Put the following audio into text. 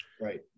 Right